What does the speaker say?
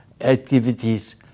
activities